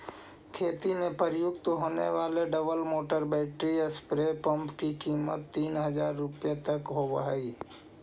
खेती में प्रयुक्त होने वाले double motor battery spray pump की कीमत तीन हज़ार रुपया तक होवअ हई